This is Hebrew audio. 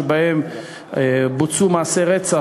שבהם בוצעו מעשי רצח,